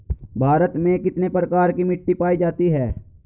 भारत में कितने प्रकार की मिट्टी पाई जाती हैं?